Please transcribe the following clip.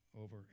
over